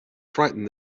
frightened